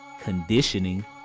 conditioning